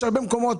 יש הרבה מקומות,